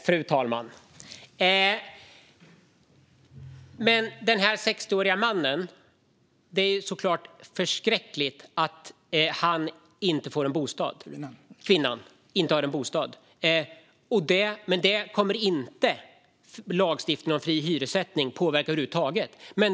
Fru talman! Det är såklart förskräckligt att den här 60-åringen inte har en bostad. Men lagstiftning om fri hyressättning kommer inte att påverka det över huvud taget.